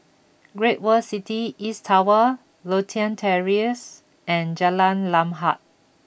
Great World City East Tower Lothian Terrace and Jalan Lam Huat